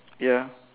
ya